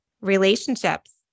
relationships